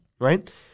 right